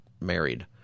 married